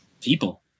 people